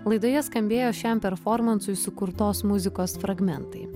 laidoje skambėjo šiam performansui sukurtos muzikos fragmentai